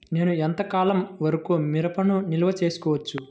నేను ఎంత కాలం వరకు మిరపను నిల్వ చేసుకోవచ్చు?